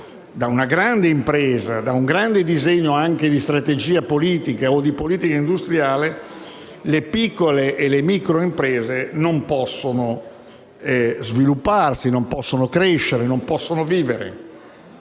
da una grande impresa e da un grande disegno di strategia politica o di politica industriale, le piccole e le microimprese non possono svilupparsi, crescere e vivere.